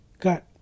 got